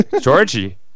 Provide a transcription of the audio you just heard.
Georgie